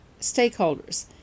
stakeholders